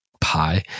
pie